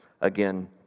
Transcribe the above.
again